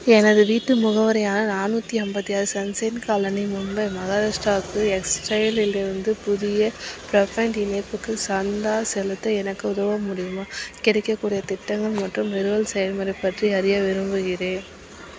எனது வீட்டு முகவரியான நானூற்றி ஐம்பத்தி ஆறு சன் ஷைன் காலனி மும்பை மகாராஷ்டிராவுக்கு எக்ஸைட்டையிலிருந்து புதிய பிரை பேண்ட் இணைப்புக்கு சந்தா செலுத்த எனக்கு உதவ முடியுமா கிடைக்கக்கூடிய திட்டங்கள் மற்றும் நிறுவல் செயல்முறை பற்றி அறிய விரும்புகிறேன்